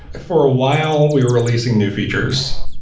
for a while we were releasing new features.